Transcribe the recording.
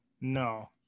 no